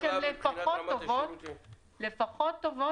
אם הן טובות לפחות כמו הטכנולוגיה של רשת הסיבים.